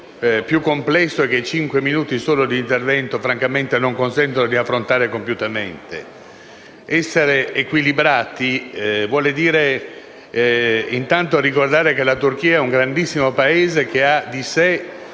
complesso, che cinque minuti di intervento francamente non consentono di esaminare compiutamente. Essere equilibrati vuol dire, intanto, ricordare che la Turchia è un grandissimo Paese, che ha di sé